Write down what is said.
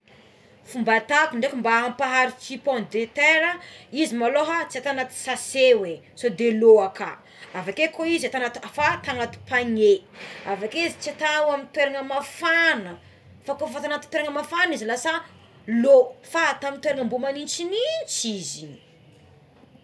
Fomba atako draiky mba ampaharitry pomme de terra izy maloha tsy atao anaty sase oé sao de lo akany aveke ko izy atao anaty fa atao anaty panier avekeo izy tsy atao amin'ny toerana mafana à fa izy ko atao toerana mafana izy lasa lô fa mba atao amign'ny toerana mba magnitsignitsy izy.